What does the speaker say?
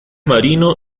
marino